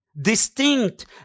Distinct